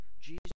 Jesus